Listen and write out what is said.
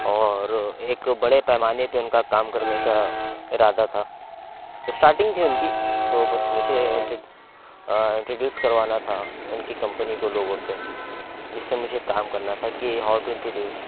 اور ایک بڑے پیمانے پہ ان کا کام کرنے کا ارداہ تھا اسٹارٹنگ تھی ان کی تو بس مجھے انٹروڈیوس کروانا تھا ان کی کمپنی کو لوگوں سے جس سے مجھے کام کرنا تھا کہ ہاؤ ٹو انٹروڈیوس